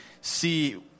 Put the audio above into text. see